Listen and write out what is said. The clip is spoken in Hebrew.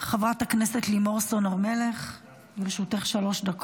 חבר הכנסת הלוי, אני מתנצלת, צריך לסיים.